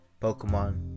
Pokemon